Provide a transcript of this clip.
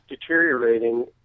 deteriorating